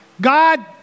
God